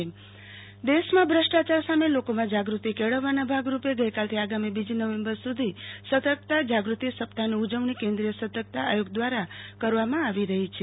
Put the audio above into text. આરતી ભક્ટ ભ્રષ્ટાચાર સામે શપથ દેશમાં ભ્રષ્ટાચાર સામે લોકોમાં જાગૃતિ કેળવવાના ભાગરૂપે ગઈકાલથી આગામી બીજી નવેમ્બર સુધી સતર્કતા જાગૃતિ સપ્તાહની ઉજવણી કેન્દ્રીય સતરક્તા આયોગ દ્વારા કરવામાં આવી રહી છે